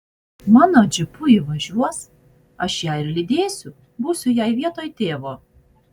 mano džipu ji važiuos aš ją ir lydėsiu būsiu jai vietoj tėvo